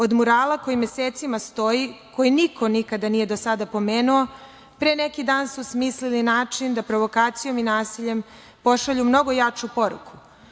Od murala koji mesecima stoji, koji niko nikada nije do sada pomenuo, pre neki dan su smislili način da provokacijom i nasiljem pošalju mnogo jaču poruku.